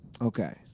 Okay